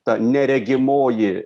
ta neregimoji